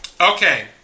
Okay